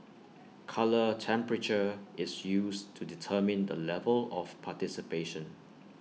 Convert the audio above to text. colour temperature is used to determine the level of participation